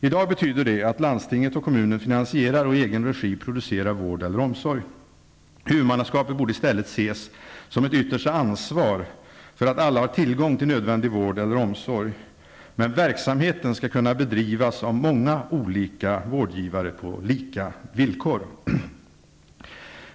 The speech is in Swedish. I dag betyder det att landstinget och kommunen finansierar och i egen regi producerar vård eller omsorg. Huvudmannaskapet borde i stället ses som ett yttersta ansvar för att alla har tillgång till nödvändig vård eller omsorg. Men verksamheten skall kunna bedrivas av många olika vårdgivare på lika villkor.